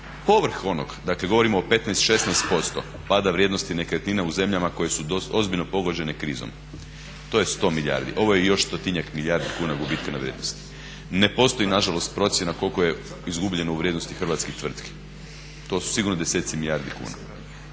povrh onog dakle govorimo o onih 15, 16% pada vrijednosti nekretnina u zemljama koje su ozbiljno pogođene krizom. To je 100 milijardi, ovo je još stotinjak milijardi kuna gubitka na vrijednosti. Ne postoji nažalost procjena koliko je izgubljeno u vrijednosti hrvatskih tvrtki, to su sigurno deseci milijardi kuna.